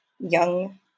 young